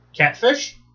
Catfish